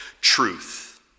truth